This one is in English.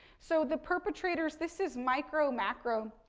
so, the perpetrators, this is micro macro,